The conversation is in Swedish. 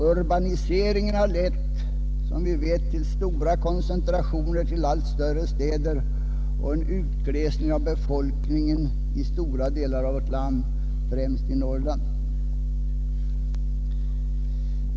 Urbaniseringen har, som vi vet, medfört koncentration till allt större städer och en utglesning av befolkningen i stora delar av vårt land, främst i Norrland.